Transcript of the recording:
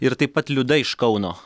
ir taip pat liuda iš kauno